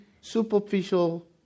superficial